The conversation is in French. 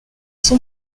sont